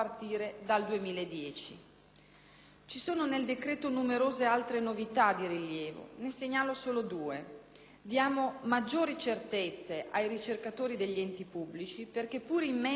Ci sono nel decreto numerose altre novità di rilievo: ne segnalo solo due. Diamo maggiori certezze ai ricercatori degli enti pubblici, perché pure in mezzo al rigore economico